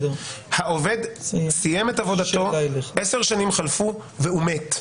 העובד סיים את עבודתו, 10 שנים חלפו, והוא מת.